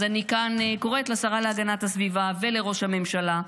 אני כאן קוראת לשרה להגנת הסביבה ולראש הממשלה: